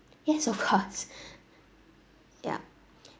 yes of course yup